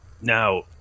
Now